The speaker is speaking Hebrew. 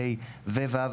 (ה) ו (ו),